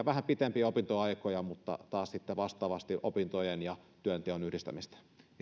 vähän pitempiä opintoaikoja mutta taas sitten vastaavasti opintojen ja työnteon yhdistämistä